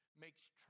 makes